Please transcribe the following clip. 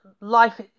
life